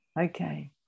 Okay